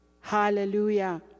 Hallelujah